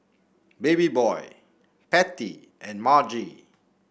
Babyboy Patty and Margy